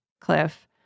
cliff